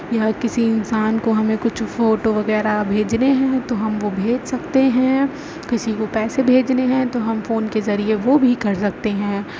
یا کسی انسان کو ہمیں کچھ فوٹو وغیرہ بھیجنے ہوں تو ہم وہ بھیج سکتے ہیں کسی کو پیسے بھیجنے ہیں تو ہم فون کے ذریعے وہ بھی کر سکتے ہیں